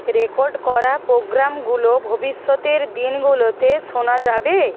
record করা প্রোগ্রামগুলো ভবিষ্যতের দিনগুলোতে শোনা যাবে